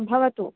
भवतु